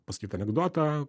pasakyt anekdotą